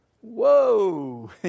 whoa